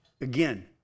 Again